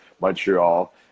Montreal